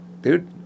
Dude